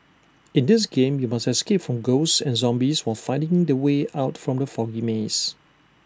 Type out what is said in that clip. in this game you must escape from ghosts and zombies while finding the way out from the foggy maze